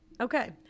Okay